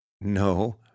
No